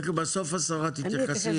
בסוף השרה תתייחס.